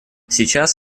сейчас